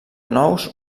nous